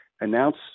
announce